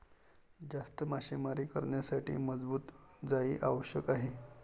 जास्त मासेमारी करण्यासाठी मजबूत जाळी आवश्यक आहे